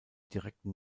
direkten